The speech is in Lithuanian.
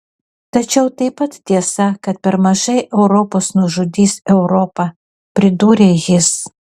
tačiau taip pat tiesa kad per mažai europos nužudys europą pridūrė jis